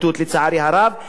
נותנת איתות,